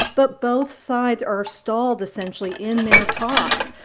but both sides are stalled essentially in their talks,